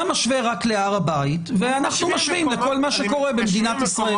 אתה משווה רק להר הבית ואנחנו משווים לכל מה שקורה במדינת ישראל.